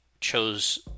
chose